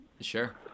Sure